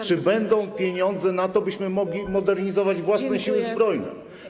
Czy będą pieniądze na to, byśmy mogli modernizować własne Siły Zbrojne?